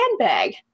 handbag